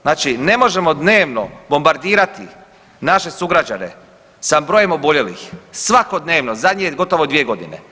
Znači ne možemo dnevno bombardirati naše sugrađane sa brojem oboljelih, svakodnevno zadnje gotovo 2 godine.